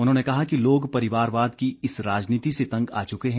उन्होंने कहा कि लोग परिवारवाद की इस राजनीति से तंग आ चुके हैं